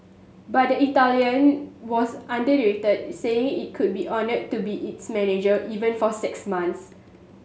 but the Italian was saying he could be honoured to be its manager even for six months